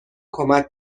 کمک